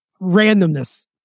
randomness